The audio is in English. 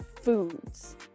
foods